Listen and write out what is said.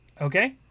Okay